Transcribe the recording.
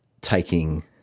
taking